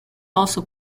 also